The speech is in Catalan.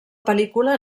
pel·lícula